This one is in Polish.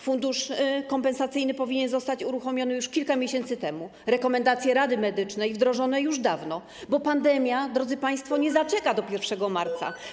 Fundusz kompensacyjny powinien zostać uruchomiony już kilka miesięcy temu, a rekomendacje Rady Medycznej - wdrożone już dawno, bo pandemia, drodzy państwo, nie zaczeka do 1 marca.